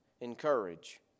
encourage